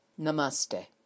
Namaste